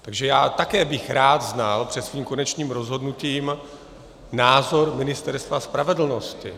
Takže já také bych rád znal před svým konečným rozhodnutím názor Ministerstva spravedlnosti.